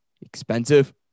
expensive